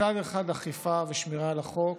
מצד אחד אכיפה ושמירה על החוק